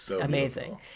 amazing